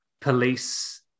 police